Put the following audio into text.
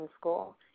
school